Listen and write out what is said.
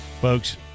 folks